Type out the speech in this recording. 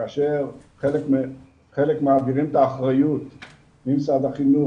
כאשר חלק מעבירים את האחריות ממשרד החינוך,